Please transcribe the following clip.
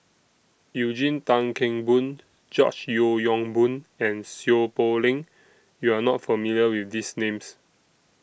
Eugene Tan Kheng Boon George Yeo Yong Boon and Seow Poh Leng YOU Are not familiar with These Names